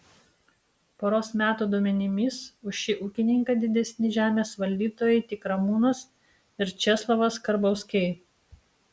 poros metų duomenimis už šį ūkininką didesni žemės valdytojai tik ramūnas ir česlovas karbauskiai